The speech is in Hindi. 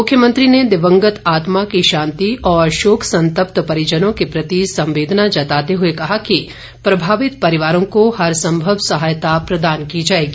मुख्यमंत्री ने दिवंगत आत्मा की शांति और शोक संतप्त परिजनों के प्रति संवेदना जताते हुए कहा कि प्रभावित परिवारों को हर संभव सहायता प्रदान की जाएगी